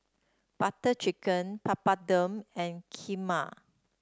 Butter Chicken Papadum and Kheema